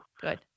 Good